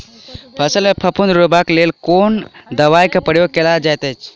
फसल मे फफूंदी रुकबाक लेल कुन दवाई केँ प्रयोग कैल जाइत अछि?